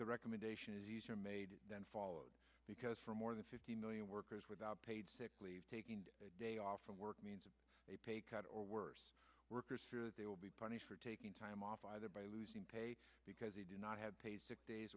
the recommendation is made then followed because for more than fifty million workers without paid sick leave taking a day off from work means a pay cut or worse workers fear they will be punished for taking time off either by losing pay because they do not have paid sick days